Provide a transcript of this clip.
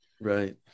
Right